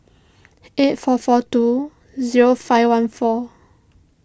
eight four four two zero five one four